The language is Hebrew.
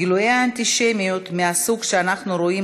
גילויי האנטישמיות מהסוג שאנחנו רואים